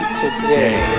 today